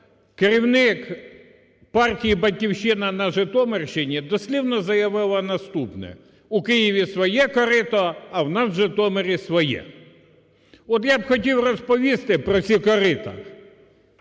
керівник партії "Батьківщина" на Житомирщині дослівно заявила наступне: "У Києві своє корито, а в нас в Житомирі – своє". От я б хотів розповісти про ці корита,